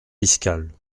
fiscales